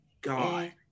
god